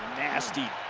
nasty,